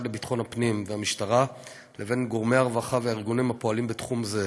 לביטחון הפנים והמשטרה לבין גורמי הרווחה והארגונים הפועלים בתחום זה,